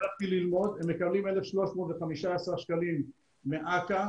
הם מקבלים 1,315 שקלים מאכ"א,